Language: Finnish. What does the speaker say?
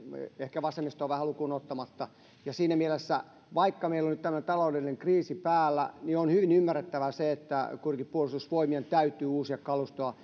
ehkä vasemmistoa vähän lukuun ottamatta siinä mielessä vaikka meillä nyt on tämmöinen taloudellinen kriisi päällä on hyvin ymmärrettävää se että kuitenkin puolustusvoimien täytyy uusia kalustoa